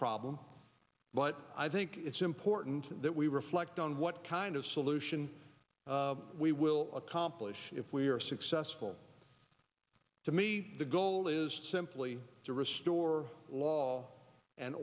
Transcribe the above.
but i think it's important that we reflect on what kind of solution we will accomplish if we are successful to me the goal is simply to restore law and